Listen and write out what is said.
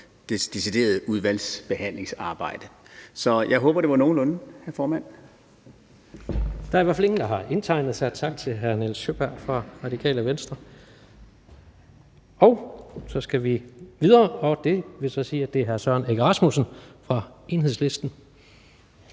det deciderede udvalgsbehandlingsarbejde. Så jeg håber, at det var nogenlunde det, hr. formand. Kl. 13:51 Tredje næstformand (Jens Rohde): Der er i hvert fald ingen, der har indtegnet sig. Tak til hr. Nils Sjøberg fra Radikale Venstre. Så skal vi videre. Det vil så sige, at det er hr. Søren Egge Rasmussen fra Enhedslisten.